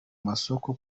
masoko